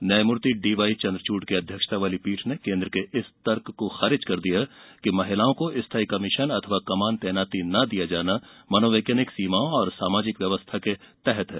न्यायमूर्ति D Y Chandrachud की अध्यक्षता वाली पीठ ने केन्द्र के इस तर्क को खारिज कर दिया कि महिलाओं को स्थाई कमीशन अथवा कमान तैनाती न दिया जाना मनोवैज्ञानिक सीमाओं और सामाजिक व्यवस्था के तहत है